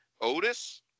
Otis